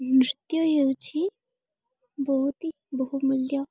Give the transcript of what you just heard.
ନୃତ୍ୟ ହେଉଛି ବହୁତି ବହୁମୂଲ୍ୟ